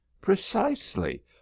precisely